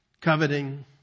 Coveting